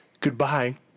goodbye